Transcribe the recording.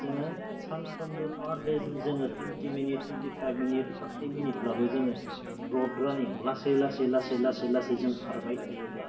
जोङो सानफ्रोमबो per day जोङो twenty minute twenty five minute thirty मिनिटब्लाबो जोङो रड रानिं लासै लासै लासै लासै जों खारबाय थायोब्ला